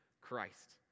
Christ